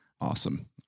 Awesome